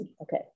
Okay